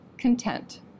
Content